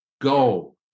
go